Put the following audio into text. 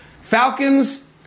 Falcons